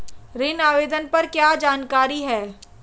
ऋण आवेदन पर क्या जानकारी है?